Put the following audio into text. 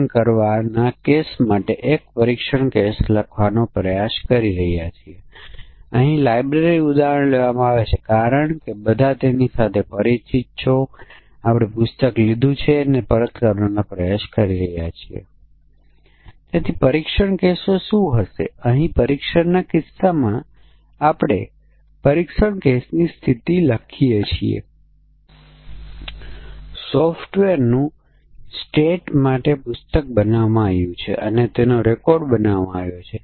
તેથી અહીં સમાનતા વર્ગોની સીમાઓ વચ્ચે પ્રોગ્રામર ભૂલ કરી શકે છે કારણ કે પ્રોગ્રામર સામાન્ય રીતે જુદા જુદા વર્ગો વચ્ચેના તફાવતો માટે if સ્ટેટમેન્ટ્સ અથવા સ્વિચ સ્ટેટમેન્ટ દ્વારા પ્રોગ્રામ લખે છે